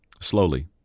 slowly